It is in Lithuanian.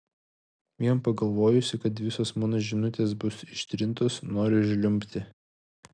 vien pagalvojusi kad visos mano žinutės bus ištrintos noriu žliumbti